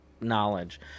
knowledge